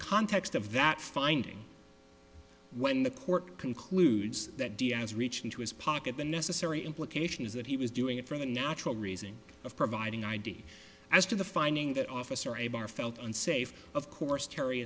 context of that finding when the court concludes that diaz reached into his pocket the necessary implication is that he was doing it from a natural raising of providing id as to the finding that officer a bar felt unsafe of course terry